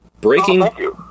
breaking